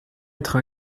être